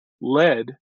lead